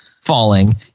falling